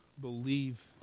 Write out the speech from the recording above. believe